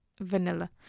vanilla